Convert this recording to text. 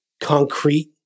concrete